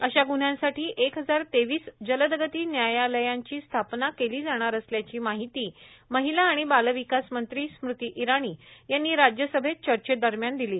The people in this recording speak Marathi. अशा गुन्ह्यांसाठी एक हजार तेवीस जलदगती न्यायालयांची स्थापना केली जाणार असल्याची माहिती महिला आणि बालविक्रास मंत्री स्मृती इराणी यांनी राज्यसभेत चर्चे दरम्यान दिली